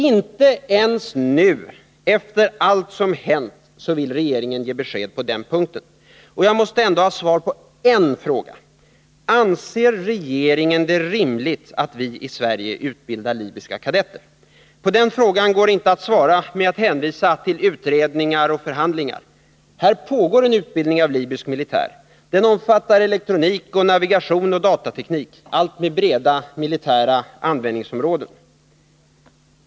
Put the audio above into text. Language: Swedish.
Inte ens nu — efter allt som hänt — vill regeringen ge besked på den punkten. Jag måste ändå ha svar på en fråga: Anser regeringen det rimligt att vi i Nr 95 Sverige utbildar libyska kadetter? På den frågan går det inte att svara med att hänvisa till utredningar och förhandlingar. Här pågår en utbildning av libysk militär. Den omfattar elektronik, navigation och datateknik — allt med breda militära användnings Om Telubs utbildområden.